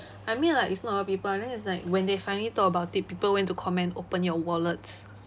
I mean like it's not a lot of people ah it's like when they finally talk about it people went to comment open your wallets